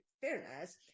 fairness